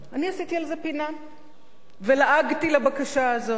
אני עשיתי על זה פינה ולעגתי לבקשה הזאת,